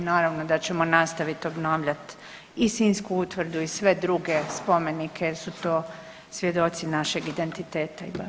Naravno da ćemo nastavit obnavljat i Sinjsku utvrdu i sve druge spomenike jer su to svjedoci našeg identiteta i baštine.